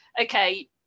okay